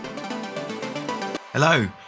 Hello